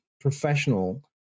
professional